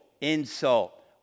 Insult